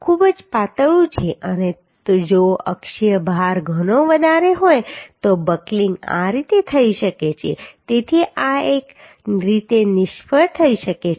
ખૂબ જ પાતળું છે અને જો અક્ષીય ભાર ઘણો વધારે હોય તો બકલિંગ આ રીતે થઈ શકે છે તેથી આ એક રીતે નિષ્ફળ થઈ શકે છે